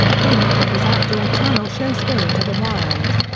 filming for his outdoor channel show spirit of the wild.